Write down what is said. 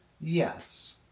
Yes